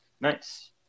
Nice